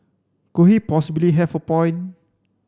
could he possibly have a point